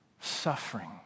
suffering